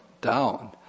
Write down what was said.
down